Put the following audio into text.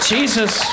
Jesus